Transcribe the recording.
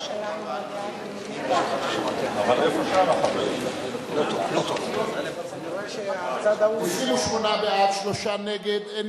ההצעה להעביר את הצעת חוק איסור שימוש בסמלים